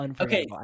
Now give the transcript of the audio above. okay